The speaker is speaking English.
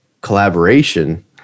collaboration